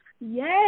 yes